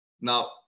Now